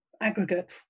aggregate